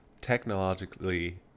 technologically